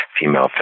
female